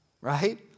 Right